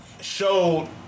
Showed